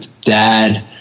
dad